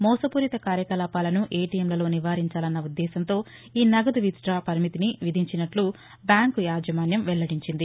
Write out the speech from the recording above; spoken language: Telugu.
మోసపూరిత కార్యకలాపాలను ఏటీఎంలలో నివారించాలన్న ఉద్దేశ్యంతో ఈ నగదు విత్డా పరిమితిని విధించినట్లు బ్యాంక్ యాజమాన్యం వెల్లడించింది